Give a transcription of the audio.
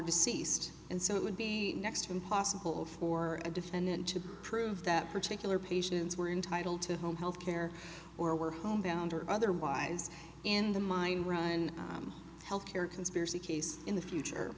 deceased and so it would be next to impossible for a defendant to prove that particular patients were entitled to a home health care or were homebound or otherwise in the mind run health care conspiracy case in the future